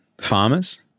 farmers